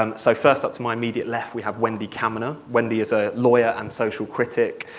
um so first off, to my immediate left we have wendy kaminer. wendy is a lawyer and social critic.